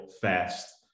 fast